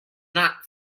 not